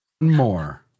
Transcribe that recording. more